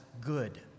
good